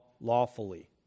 lawfully